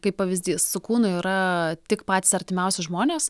kaip pavyzdys su kūnu yra tik patys artimiausi žmonės